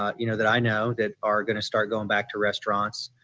ah you know that i know that are going to start going back to restaurants.